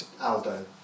Aldo